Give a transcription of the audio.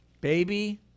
Baby